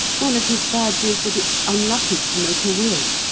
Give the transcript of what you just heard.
one of his fads is that it's unlucky to make a will.